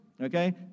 okay